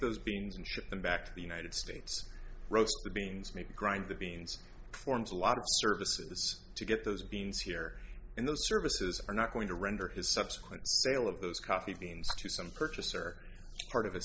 those beans and ship them back to the united states roasted beans make grind the beans forms a lot of services to get those beans here and those services are not going to render his subsequent sale of those coffee beans to some purchaser part of